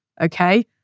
Okay